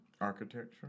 Architecture